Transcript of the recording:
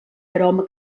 aroma